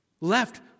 left